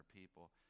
people